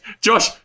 Josh